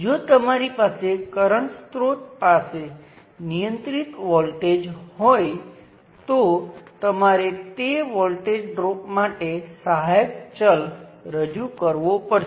તેથી તે માત્ર એટલું જ છે કે તેને વાયર અથવા શોર્ટ સર્કિટ તરીકે લેવાને બદલે હું તેને સમકક્ષ વિરોધી મૂલ્યોના બે વોલ્ટેજના શ્રેણી સંયોજન તરીકે લઉં છું